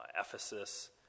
Ephesus